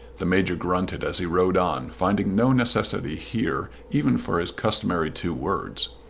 the major grunted as he rode on, finding no necessity here even for his customary two words.